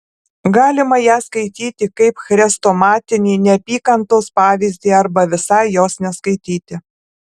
galima ją skaityti kaip chrestomatinį neapykantos pavyzdį arba visai jos neskaityti